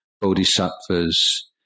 Bodhisattvas